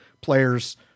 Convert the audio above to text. players